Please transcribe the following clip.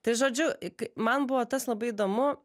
tai žodžiu ik man buvo tas labai įdomu